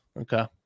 Okay